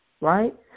right